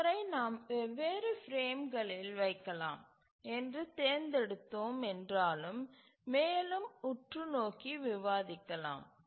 ஒருமுறை நாம் வெவ்வேறு பிரேம்களில் வைக்கலாம் என்று தேர்ந்தெடுத்தோம் என்றாலும் மேலும் உற்று நோக்கி விவாதிக்கலாம்